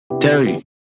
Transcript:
Terry